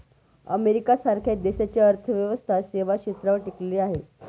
America सारख्या देशाची अर्थव्यवस्था सेवा क्षेत्रावर टिकलेली आहे